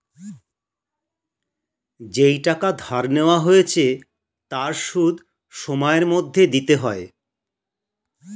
যেই টাকা ধার নেওয়া হয়েছে তার সুদ সময়ের মধ্যে দিতে হয়